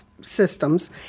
systems